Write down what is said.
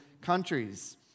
countries